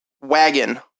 wagon